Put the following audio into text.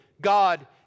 God